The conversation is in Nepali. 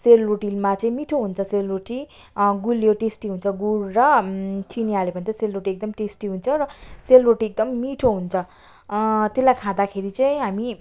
सेलरोटीमा चाहिँ मिठो हुन्छ सेलरोटी गुलियो टेस्टी हुन्छ गुड र चिनी हाल्यौँ भने त सेलरोटी एकदम टेस्टी हुन्छ र सेलरोटी एकदम मिठो हुन्छ त्यसलाई खाँदाखेरि चाहिँ हामी